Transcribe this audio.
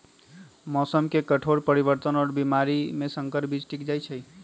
मौसम के कठोर परिवर्तन और बीमारी में संकर बीज टिक जाई छई